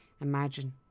Imagine